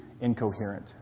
incoherent